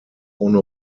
ohne